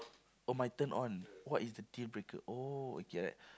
oh my turn-on what is the dealbreaker oh okay like